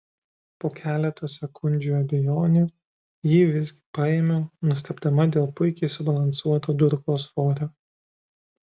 po keleto sekundžių abejonių jį visgi paėmiau nustebdama dėl puikiai subalansuoto durklo svorio